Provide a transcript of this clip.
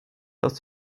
aus